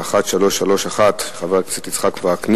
שאילתא 1331 של חבר הכנסת יצחק וקנין,